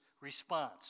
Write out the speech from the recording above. response